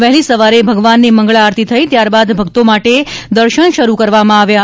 વહેલી સવારે ભગવાનની મંગળા આરતી થઇ ત્યારબાદ ભક્તો માટે દર્શન શરૂ કરવામાં આવ્યા હતા